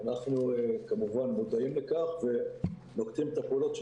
אנחנו כמובן מודעים לכך ונוקטים את הפעולות.